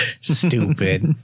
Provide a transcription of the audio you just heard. stupid